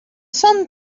sun